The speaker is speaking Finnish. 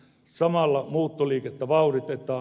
samalla muuttoliikettä vauhditetaan